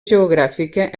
geogràfica